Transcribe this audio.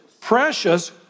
Precious